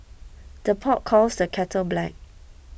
the pot calls the kettle black